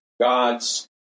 gods